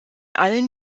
allen